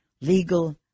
legal